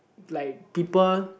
like people